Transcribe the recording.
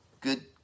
Good